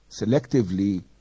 selectively